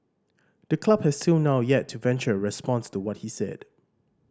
the club has till now yet to venture a response to what he said